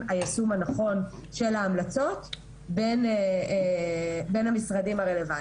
היישום הנכון של ההמלצות בין המשרדים הרלוונטיים.